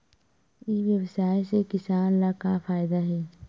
ई व्यवसाय से किसान ला का फ़ायदा हे?